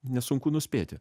nesunku nuspėti